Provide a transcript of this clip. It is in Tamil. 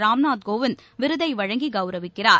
ராம்நாத் கோவிந்த் விருதை வழங்கி கௌரவிக்கிறார்